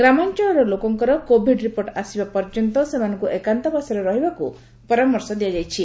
ଗ୍ରାମାଞଳର ଲୋକଙ୍କର covid report ଆସିବା ପର୍ଯ୍ୟନ୍ତ ସେମାନଙ୍କୁ ଏକାନ୍ତବାସରେ ରହିବାକୁ ପରାମର୍ଶ ଦିଆଯାଇଛି